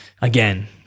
Again